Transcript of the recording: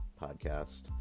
podcast